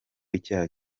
icyaha